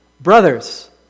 Brothers